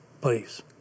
please